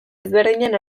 ezberdinen